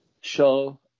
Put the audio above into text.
show